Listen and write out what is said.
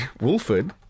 Wolford